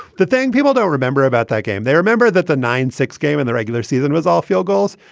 the thing people don't remember about that game, they remember that the nine six game in the regular season was all field goals,